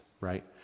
right